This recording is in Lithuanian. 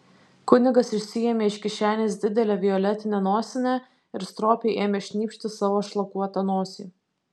kunigas išsiėmė iš kišenės didelę violetinę nosinę ir stropiai ėmė šnypšti savo šlakuotą nosį